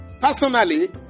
Personally